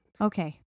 Okay